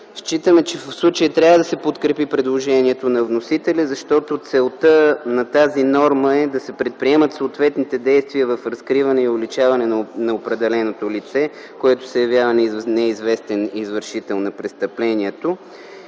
Считаме, че в случая трябва да се подкрепи предложението на вносителя, защото целта на тази норма е да се предприемат съответните действия в разкриване и уличаване на определеното лице, което се явява неизвестен извършител на престъплението.